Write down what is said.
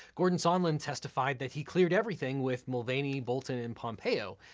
gordon sondland testified that he cleared everything with mulvaney, bolton, and pompeo,